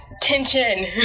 tension